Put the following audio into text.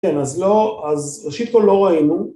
כן אז לא, אז ראשית כל לא ראינו